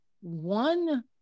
One